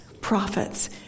prophets